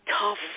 tough